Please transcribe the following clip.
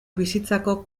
bizitzako